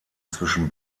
zwischen